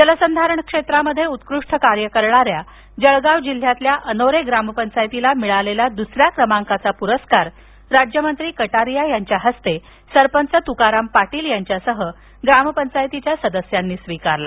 जलसंधारणात उत्कृष्ट कार्य करणाऱ्या जळगाव जिल्ह्यातील अनोरे ग्रामपंचायतीला मिळालेला दुसऱ्या क्रमांकाचा पुरस्कार राज्यमंत्री कटारिया यांच्या हस्ते सरपंच तुकाराम पाटील यांच्यासह ग्राम पंचायत सदस्यांनी हा पुरस्कार स्वीकारला